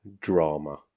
drama